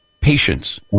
Patience